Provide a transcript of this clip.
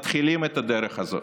מתחילים בדרך הזאת.